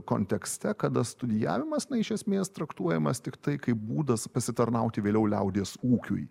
kontekste kada studijavimas na iš esmės traktuojamas tiktai kaip būdas pasitarnauti vėliau liaudies ūkiui